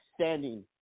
standing